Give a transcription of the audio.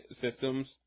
systems